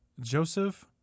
Joseph